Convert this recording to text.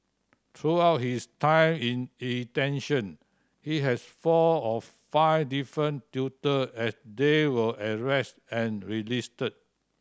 throughout his time in detention he has four or five different tutor as they were arrested and released